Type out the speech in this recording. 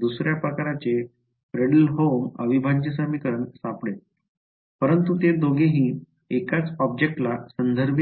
दुसर्या प्रकारचे फ्रेडहोलम अविभाज्य समीकरण सापडेल परंतु ते दोघेही एकाच ऑब्जेक्टला संदर्भित आहेत